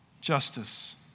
justice